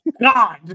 God